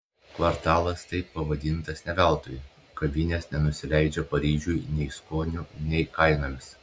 kvartalas taip pavadintas ne veltui kavinės nenusileidžia paryžiui nei skoniu nei kainomis